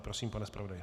Prosím, pane zpravodaji.